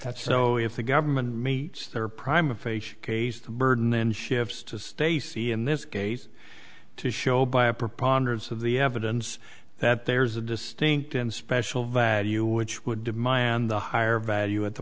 that's so if the government meets their prime of face case the burden then shifts to stacie in this case to show by a preponderance of the evidence that there's a distinct and special value which would demand the higher value of the